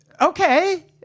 Okay